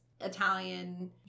Italian